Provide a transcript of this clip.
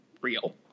real